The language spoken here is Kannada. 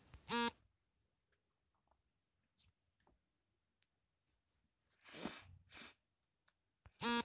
ಕಾಂಪೋಸ್ಟ್ ಸಾವಯವ ವಸ್ತುಗಳ ಕೊಳೆತ ಅವಶೇಷಗಳು ಇದು ಸಾಮಾನ್ಯವಾಗಿ ಸಸ್ಯ ಮೂಲ್ವಾಗಿದೆ